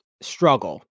struggle